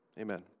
Amen